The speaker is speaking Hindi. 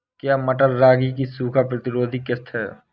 क्या मटर रागी की सूखा प्रतिरोध किश्त है?